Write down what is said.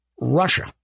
Russia